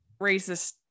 racist